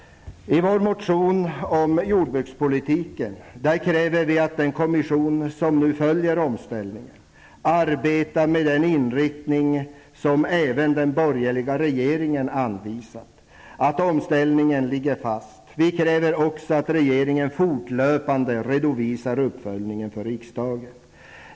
I vår motion om jordbrukspolitiken kräver vi att den kommission som nu följer omställningen arbetar med den inriktning som även den borgerliga regeringen anvisat, att omställningsbeslutet ligger fast. Vi kräver också att regeringen fortlöpande skall redovisa uppföljningen för riksdagen.